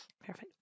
Perfect